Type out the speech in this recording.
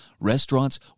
restaurants